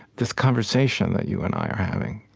this conversation that you and i are having,